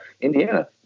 Indiana